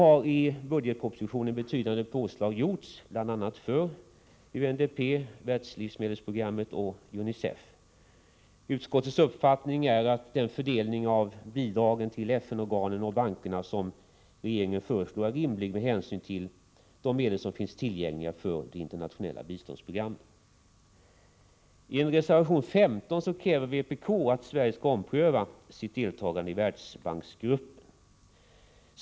I budgetpropositionen har betydande påslag gjorts bl.a. för UNDP, Världslivsmedelsprogrammet och UNICEF. Utskottets uppfattning är att den fördelning av bidragen till FN-organen och bankerna som regeringen föreslår är rimlig med hänsyn till de medel som finns tillgängliga för de internationella biståndsprogrammen. I reservation 15 kräver vpk att Sverige skall ompröva sitt deltagande i Världsbanksgruppen.